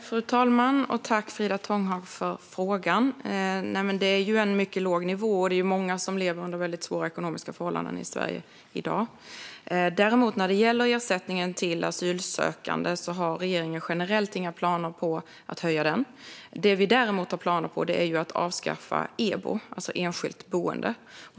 Fru talman! Jag tackar Frida Tånghag för frågan. Det är förstås en mycket låg nivå, och många lever under väldigt svåra ekonomiska förhållanden i Sverige i dag. När det däremot gäller ersättningen till asylsökande har regeringen generellt inga planer på att höja den. Vi har dock planer på att avskaffa EBO, enskilt boende.